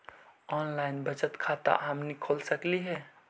Online बचत खाता हमनी खोल सकली हे?